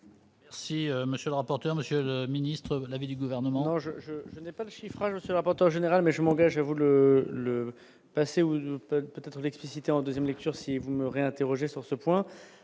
Merci, monsieur le rapporteur, monsieur le ministre pour l'avis du gouvernement